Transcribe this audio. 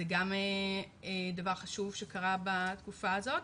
זה גם דבר חשוב שקרה בתקופה הזאת.